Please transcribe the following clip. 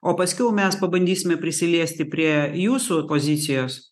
o paskiau mes pabandysime prisiliesti prie jūsų pozicijos